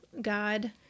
God